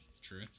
true